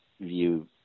view